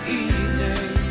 evening